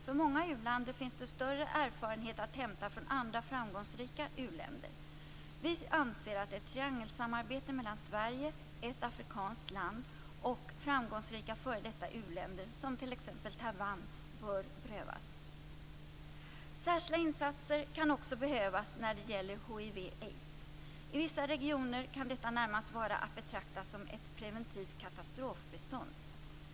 För många u-länder finns det större erfarenhet att hämta från andra framgångsrika u-länder. Vi anser att ett triangelsamarbete mellan Sverige, ett afrikanskt land och framgångsrika f.d. u-länder som t.ex. Taiwan bör prövas. Särskilda insatser kan också behövas när det gäller hiv/aids. I vissa regioner kan detta närmast vara att betrakta som ett preventivt katastrofbistånd.